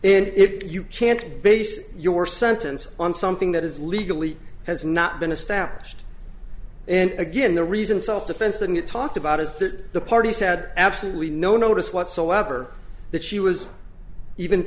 it you can't base your sentence on something that is legally has not been established and again the reason self defense and you talked about is that the parties had absolutely no notice whatsoever that she was even